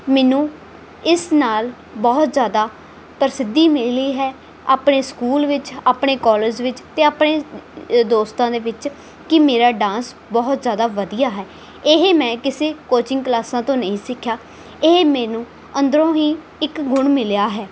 ਮੈਨੂੰ ਇਸ ਨਾਲ ਬਹੁਤ ਜ਼ਿਆਦਾ ਪ੍ਰਸਿੱਧੀ ਮਿਲੀ ਹੈ ਆਪਣੇ ਸਕੂਲ ਵਿੱਚ ਆਪਣੇ ਕੋਲੇਜ ਵਿੱਚ ਅਤੇ ਆਪਣੇ ਅ ਦੋਸਤਾਂ ਦੇ ਵਿੱਚ ਕਿ ਮੇਰਾ ਡਾਂਸ ਬਹੁਤ ਜ਼ਿਆਦਾ ਵਧੀਆ ਹੈ ਇਹ ਮੈਂ ਕਿਸੇ ਕੋਚਿੰਗ ਕਲਾਸਾਂ ਤੋਂ ਨਹੀਂ ਸਿੱਖਿਆ ਇਹ ਮੈਨੂੰ ਅੰਦਰੋਂ ਹੀ ਇੱਕ ਗੁਣ ਮਿਲਿਆ ਹੈ